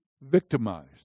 victimized